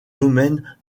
domaines